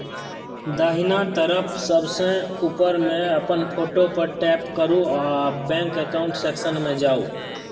दाहिना तरफ सबसं ऊपर मे अपन फोटो पर टैप करू आ बैंक एकाउंट सेक्शन मे जाउ